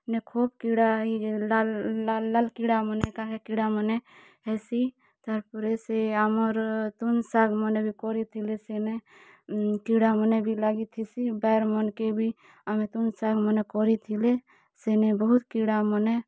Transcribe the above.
ନେ ଖୁବ୍ କିଡ଼ା ହେଇ ଲାଲ୍ ଲାଲ୍ ଲାଲ୍ କିଡ଼ାମାନେ କାହେ କିଡ଼ାମାନେ ହେସି ତାର୍ ପରେ ଆମର ତୁନ୍ ଶାଗ ମାନେ ବି କରିଥିଲେ ସେନେ କିଡ଼ା ମାନେ ବି ଲାଗିଥିସି ବାର୍ ମାନଙ୍କେ ବି ଆମେ ତୁନ୍ ଶାଗ୍ମାନେ କରିଥିଲେ ସେନେ ବହୁତ କିଡ଼ାମାନେ